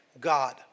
God